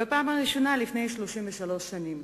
בפעם הראשונה לפני 33 שנים,